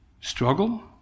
struggle